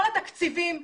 כל התקציבים,